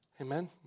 Amen